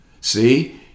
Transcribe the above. See